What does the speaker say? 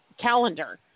calendar